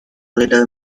little